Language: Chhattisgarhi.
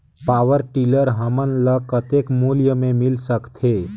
पावरटीलर हमन ल कतेक मूल्य मे मिल सकथे?